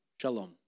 Shalom